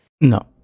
No